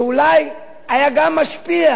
שאולי גם היה משפיע